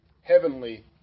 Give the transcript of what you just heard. heavenly